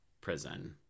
prison